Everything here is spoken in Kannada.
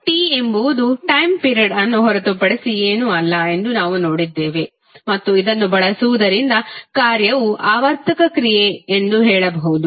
T ಎಂಬುದು ಟಯ್ಮ್ ಪಿರಡ್ ಅನ್ನು ಹೊರತುಪಡಿಸಿ ಏನೂ ಅಲ್ಲ ಎಂದು ನಾವು ನೋಡಿದ್ದೇವೆ ಮತ್ತು ಇದನ್ನು ಬಳಸುವುದರಿಂದ ಕಾರ್ಯವು ಆವರ್ತಕ ಕ್ರಿಯೆ ಎಂದು ಹೇಳಬಹುದು